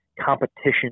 competition